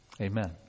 Amen